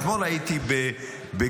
אתמול הייתי בגוש